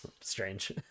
strange